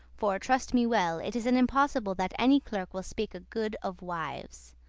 for, trust me well, it is an impossible that any clerk will speake good of wives,